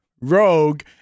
rogue